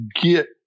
get